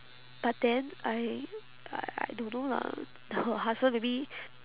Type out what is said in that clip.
but then I I don't know lah her husband maybe